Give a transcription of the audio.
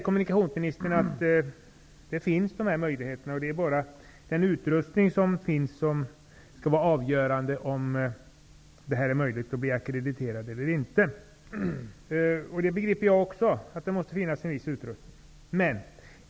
Kommunikationsministern säger att dessa möjligheter finns och att det bara är den utrustning som finns som skall avgöra om det är möjligt att bli ackrediterad eller inte. Jag begriper också att det måste finnas en viss utrustning.